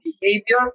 behavior